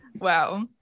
Wow